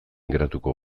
geratuko